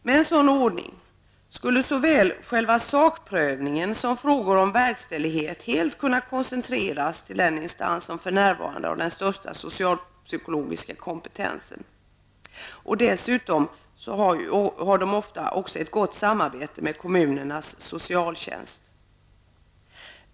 Med en sådan ordning skulle såväl själva sakprövningen som frågor om verkställighet helt kunna koncentreras till den instans som för närvarande har den största socialpsykologiska kompetensen. Dessutom har man ofta ett gott samarbete med kommunernas socialtjänst.